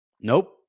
Nope